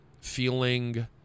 feeling